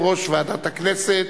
רבותי,